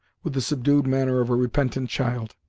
with the subdued manner of a repentant child.